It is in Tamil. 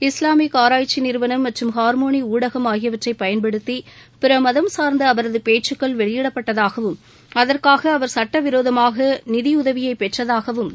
இஸ்லாமிக் ஆராய்ச்சி நிறுவனம் மற்றும் ஹார்மோனி ஊடகம் ஆகியவற்றை பயன்படுத்தி பிறமதம் சார்ந்த அவரது பேச்சுகள் வெளியிடப்பட்டதாகவும் அகற்காக அவர் சட்டவிரோதமாக நிதியுதவியை பெற்றதாகவும் தகவல்கள் தெரிவிக்கின்றன